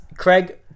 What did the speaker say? Craig